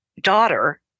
daughter